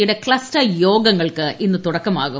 യുടെ ക്ലസ്റ്റർ യോഗങ്ങൾക്ക് ഇന്നു തുടക്കമാകും